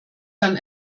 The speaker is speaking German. dann